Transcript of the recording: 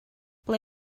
ble